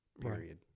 Period